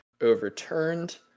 overturned